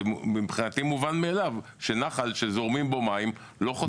מבחינתי מובן מאליו שנחל שזורמים בו מים לא חוצים.